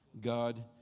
God